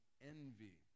envy